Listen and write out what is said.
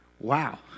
Wow